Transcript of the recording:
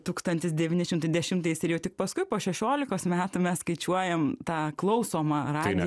tūkstantis devyni šimtai dešimtais ir jau paskui po šešiolikos metų mes skaičiuojam tą klausomą radijo